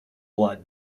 blood